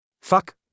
Fuck